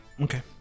okay